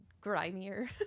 grimier